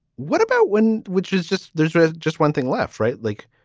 what about when? which is just there's just one thing. left. right. like